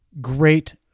Great